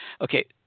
Okay